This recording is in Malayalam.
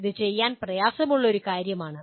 ഇത് ചെയ്യാൻ പ്രയാസമുള്ള ഒരു കാര്യമാണ്